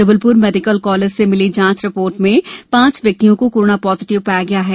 Jabalpur medical college से मिली जांच रिपोर्ट में पांच व्यक्तियों को कोरोना पॉजिटिव पाया गया है